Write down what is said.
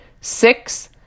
six